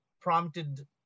prompted